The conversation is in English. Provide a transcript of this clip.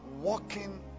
walking